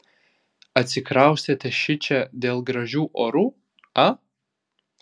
atsikraustėte šičia dėl gražių orų a